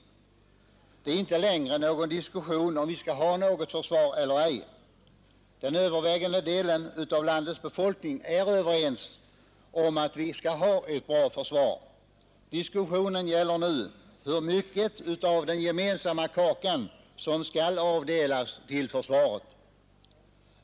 Det är inte längre någon diskussion om vi skall ha ett försvar eller ej. Den övervägande delen utav landets befolkning är överens om att vi skall ha ett bra försvar. Diskussionen gäller hur mycket av den gemensamma kakan som skall avdelas till försvaret.